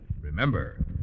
Remember